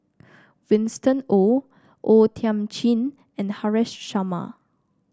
Winston Oh O Thiam Chin and Haresh Sharma